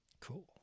Cool